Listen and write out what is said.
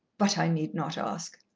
but i need not ask.